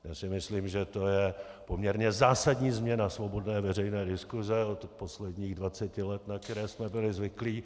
Já si myslím, že to je poměrně zásadní změna svobodné veřejné diskuse od posledních dvaceti let, na které jsme byli zvyklí.